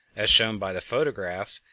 as shown by the photographs,